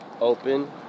open